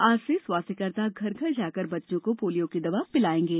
आज से स्वास्थ्यकर्ता घर घर जाकर बच्चों को पोलियो की दवा पिलाएंगे